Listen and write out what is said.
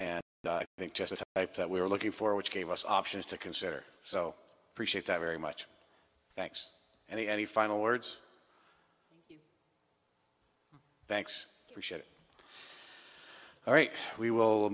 and i think just a pipe that we were looking for which gave us options to consider so appreciate that very much thanks and he any final words thanks for shit all right we will